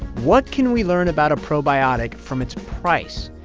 what can we learn about a probiotic from its price?